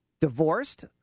divorced